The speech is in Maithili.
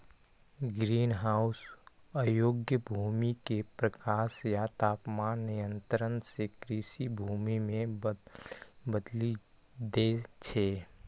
ग्रीनहाउस अयोग्य भूमि कें प्रकाश आ तापमान नियंत्रण सं कृषि भूमि मे बदलि दै छै